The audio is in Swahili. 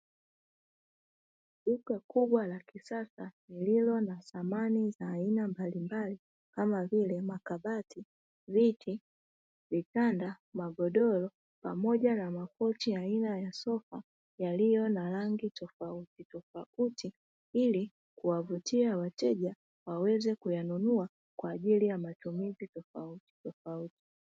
Duka kubwa la kisasa lililo na samani za aina mbalimbali kama vile makabati, viti, vitanda magodoro pamoja na makochi aina ya sofa yaliyo na rangi tofauti tofauti ilikuwavutia wateja waweze kununua kwaajili ya matumizi tofauti tofauti.